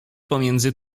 pomiędzy